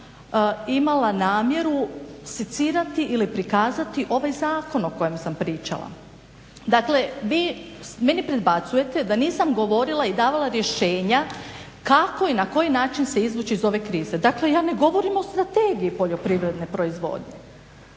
imala namjeru secirati ili prikazati ovaj zakon o kojem sam pričala. Dakle, vi meni predbacujete da nisam govorila i davala rješenja kako i na koji način se izvući iz ove krize. Dakle, ja ne govorim o Strategiji poljoprivredne proizvodnje